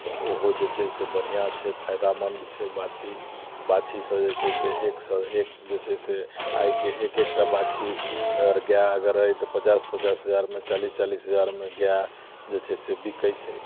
तऽ ओहो जे छै बढ़िआँ छै फायदामन्द छै बाछी बाछीसँ जे छै से एकसँ एक जे छै से आइके एक एकटा बाछी आओर गाय अगर अइ तऽ पचास पचास हजारमे चालिस चालिस हजारमे गाय जे छै से बिकै छै